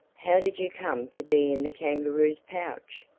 how did you come to be in the kangaroo's pouch?